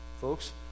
Folks